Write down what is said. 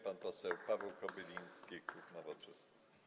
Pan poseł Paweł Kobyliński, klub Nowoczesna.